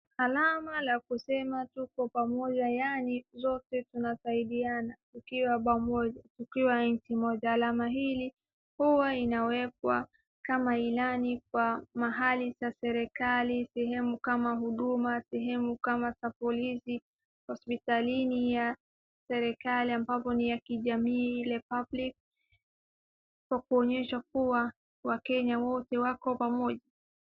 Alama ya kusema tuko pamoja yaani sote tunasaidiana tukiwa pamoja tukiwa nchi moja. Alama hili huwa inawekwa kama ilani kwa mahali ya serekali sehemu kama huduma, sehemu kama za polisi, hospitalini ya serekali ambapo ni ya kijamii ile public kwa kuonyesha kuwa wakenya wote wako pamoja.